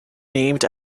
named